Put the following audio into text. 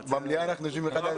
במליאה אנחנו יושבים אחד ליד